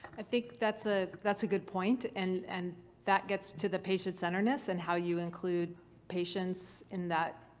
i think that's ah that's a good point and and that gets to the patient centeredness and how you include patients in that.